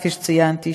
כפי שציינתי,